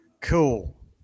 Cool